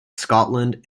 scotland